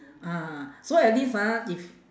ah so at least ah if